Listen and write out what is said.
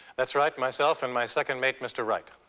that's right, myself and my second mate, mr. wright.